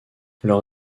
leur